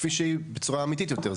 כפי שהיא בצורה אמיתית יותר.